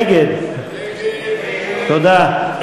לשנת הכספים 2014, לא נתקבלה.